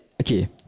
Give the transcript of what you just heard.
okay